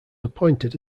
appointed